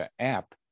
app